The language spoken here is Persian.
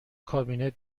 کابینت